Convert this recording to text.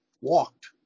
walked